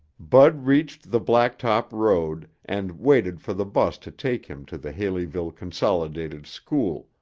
bud reached the blacktop road and waited for the bus to take him to the haleyville consolidated school,